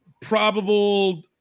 probable